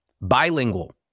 Bilingual